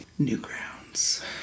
Newgrounds